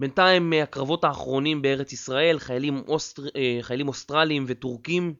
בינתיים הקרבות האחרונים בארץ ישראל, חיילים אוסטרליים וטורקים